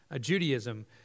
Judaism